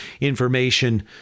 information